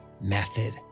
method